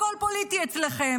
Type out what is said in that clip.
הכול פוליטי אצלכם,